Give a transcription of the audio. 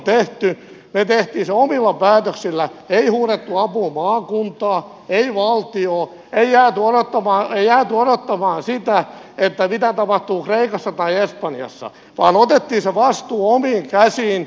me teimme sen omilla päätöksillä ei huudettu apuun maakuntaa ei valtiota ei jääty odottamaan sitä mitä tapahtuu kreikassa tai espanjassa vaan otettiin se vastuu omiin käsiin